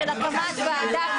מה זה?